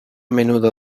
menudo